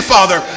Father